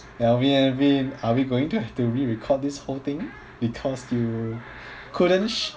alvin alvin are we going to have to re-record this whole thing because you couldn't